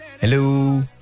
Hello